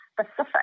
specific